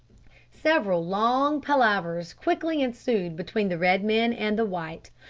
several long palavers quickly ensued between the red men and the white,